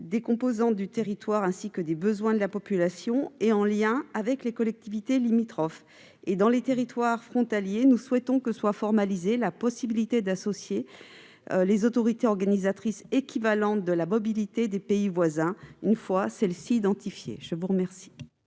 des composantes du territoire ainsi que des besoins de la population, en lien avec les collectivités limitrophes. Dans les territoires frontaliers, nous souhaitons que soit formalisée la possibilité d'associer à cette élaboration les autorités organisatrices équivalentes des pays voisins, une fois celles-ci identifiées. Quel